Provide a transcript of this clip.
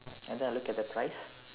and then I look at the price